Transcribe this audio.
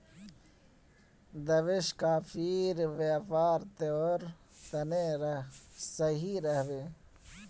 देवेश, कॉफीर व्यापार तोर तने सही रह बे